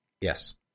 Yes